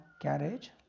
carriage